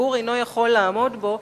שהציבור אינו יכול לעמוד בהן,